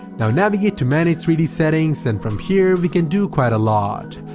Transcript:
now navigate to manage three d settings, and from here we can do quite a lot.